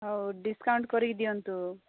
ହଉ ଡିସ୍କାଉଣ୍ଟ୍ କରିକି ଦିଅନ୍ତୁ